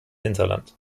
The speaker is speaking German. hinterland